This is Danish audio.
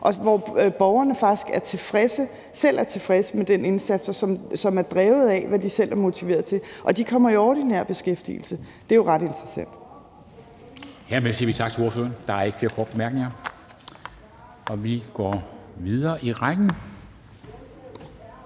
og hvor borgerne faktisk selv er tilfredse med den indsats, som er drevet af, hvad de selv er motiveret til. Og de kommer i ordinær beskæftigelse. Det er jo ret interessant.